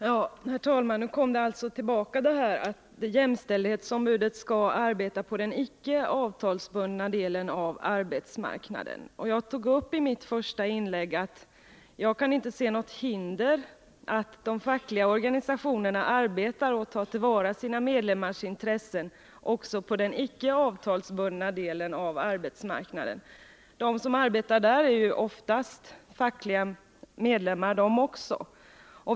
Herr talman! Nu kom det alltså tillbaka — detta att jämställdhetsombudet skall arbeta på den icke avtalsbundna delen av arbetsmarknaden. I mitt första inlägg sade jag att jag inte kan se något hinder för att de fackliga organisationerna verkar och tar till vara sina medlemmars intressen också på den icke avtalsbundna delen av arbetsmarknaden. De som arbetar där är ju oftast fackliga medlemmar.